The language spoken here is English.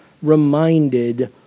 reminded